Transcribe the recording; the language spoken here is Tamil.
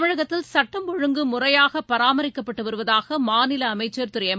தமிழகத்தில் சட்டம் ஒழுங்கு முறையாக பராமரிக்கப்பட்டு வருவதாக மாநில அமைச்சர் திரு எம்